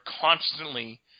constantly